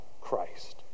Christ